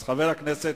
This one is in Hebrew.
אז חבר הכנסת